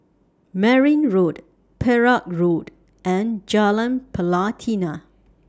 Merryn Road Perak Road and Jalan Pelatina